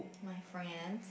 my friend